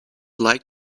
like